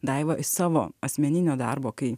daiva savo asmeninio darbo kai